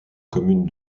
commune